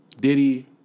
Diddy